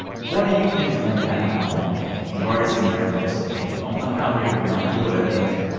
what do you think is going to happen on that day? we've already seen the air force say, don't come out here. don't do it. like.